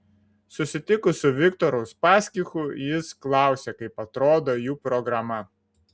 susitikus su viktoru uspaskichu jis klausė kaip atrodo jų programa